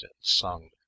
sung